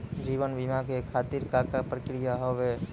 जीवन बीमा के खातिर का का प्रक्रिया हाव हाय?